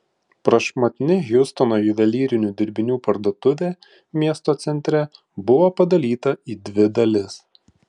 prašmatni hjustono juvelyrinių dirbinių parduotuvė miesto centre buvo padalyta į dvi dalis